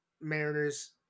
Mariners